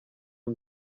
ati